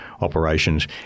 Operations